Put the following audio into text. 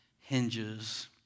hinges